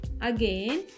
Again